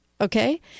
Okay